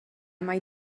mai